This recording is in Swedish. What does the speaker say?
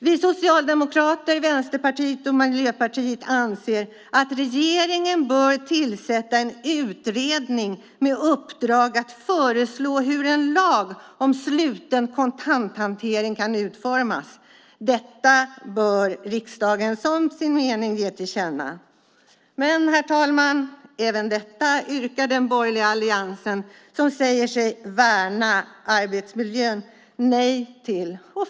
Vi socialdemokrater, vänsterpartister och miljöpartister anser att regeringen bör tillsätta en utredning med uppdrag att föreslå hur en lag om sluten kontanthantering kan utformas. Detta bör riksdagen tillkännage som sin mening. Men, herr talman, även på detta förslag yrkar den borgerliga alliansen, som säger sig värna arbetsmiljön, avslag.